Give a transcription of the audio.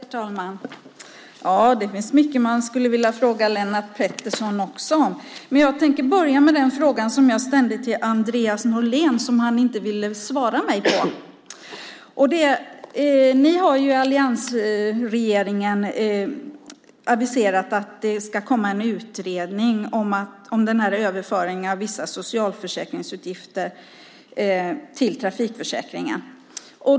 Herr talman! Det finns mycket man skulle vilja fråga Lennart Pettersson. Jag tänkte börja med den fråga som jag ställde till Andreas Norlén och som han inte ville svara på. Ni har ju i alliansregeringen aviserat att det ska komma en utredning om överföringen av vissa socialförsäkringsutgifter till trafikförsäkringen.